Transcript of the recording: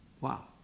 Wow